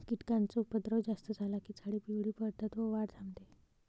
कीटकांचा उपद्रव जास्त झाला की झाडे पिवळी पडतात व वाढ थांबते